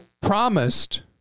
promised